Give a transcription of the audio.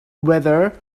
whether